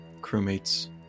crewmates